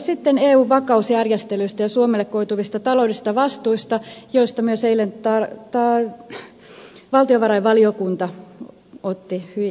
sitten eun vakausjärjestelyistä ja suomelle koituvista taloudellisista vastuista joihin eilen myös valtiovarainvaliokunta otti hienosti kantaa